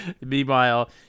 Meanwhile